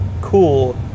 Cool